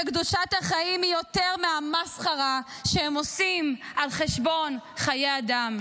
שקדושת החיים היא יותר מהמסחרה שהם עושים על חשבון חיי אדם,